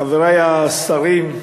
מסכים, אדוני היושב בראש, חברי השרים,